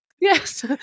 Yes